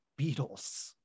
Beatles